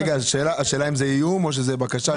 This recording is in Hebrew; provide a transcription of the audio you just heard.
רגע, השאלה אם זה איום או בקשה.